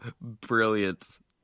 brilliant